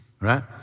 right